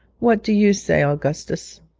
what do you say, augustus